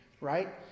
right